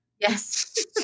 Yes